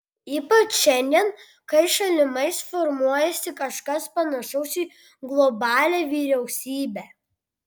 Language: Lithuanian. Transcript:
ypač šiandien kai šalimais formuojasi kažkas panašaus į globalią vyriausybę